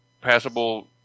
passable